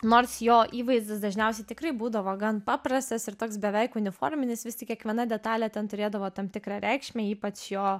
nors jo įvaizdis dažniausiai tikrai būdavo gan paprastas ir toks beveik uniforminis vis tik kiekviena detalė ten turėdavo tam tikrą reikšmę ypač jo